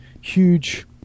huge